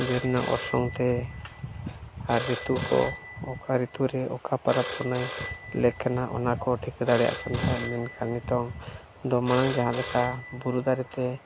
ᱵᱤᱨ ᱨᱮᱱᱟᱝ ᱚᱨᱥᱚᱝᱛᱮ ᱟᱨ ᱨᱤᱛᱩ ᱠᱚ ᱚᱠᱟ ᱨᱤᱛᱩᱨᱮ ᱚᱠᱟ ᱯᱚᱨᱚᱵᱽ ᱯᱩᱱᱟᱹᱭ ᱞᱮᱠ ᱠᱟᱱᱟ ᱚᱱᱟ ᱠᱚ ᱴᱷᱤᱠᱟᱹ ᱫᱟᱲᱮᱭᱟᱜ ᱠᱟᱱ ᱛᱟᱦᱮᱱ ᱢᱮᱱᱠᱷᱟᱱ ᱱᱤᱛᱚᱝ ᱫᱚ ᱢᱟᱲᱟᱝ ᱡᱟᱦᱟᱸᱞᱮᱠᱟ ᱵᱩᱨᱩ ᱫᱟᱨᱮᱛᱮ